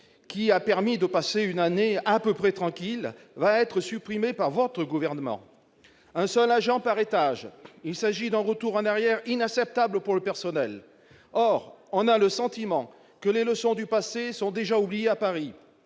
qui a permis de passer une année à peu près tranquille, va être supprimé par votre gouvernement ! Avec un seul agent par étage, il s'agit d'un retour en arrière inacceptable pour le personnel. On a le sentiment que les leçons du passé sont déjà oubliées à Paris.